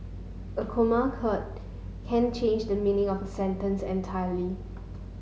a comma can change the meaning of a sentence entirely